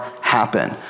happen